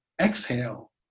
exhale